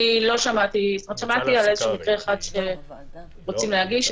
אני שמעתי על מקרה אחד שרוצים להגיש,